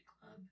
club